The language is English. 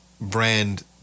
brand